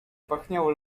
pachniało